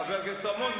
חבר הכנסת רמון,